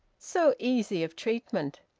so easy of treatment.